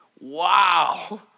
wow